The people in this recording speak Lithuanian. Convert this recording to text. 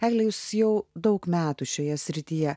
egle jūs jau daug metų šioje srityje